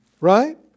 Right